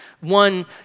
one